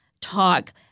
talk